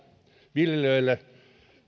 viljelijöille